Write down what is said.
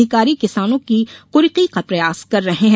अधिकारी किसानों की कुर्की का प्रयास कर रहे हैं